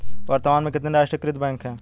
वर्तमान में कितने राष्ट्रीयकृत बैंक है?